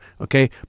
Okay